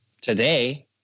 today